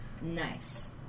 Nice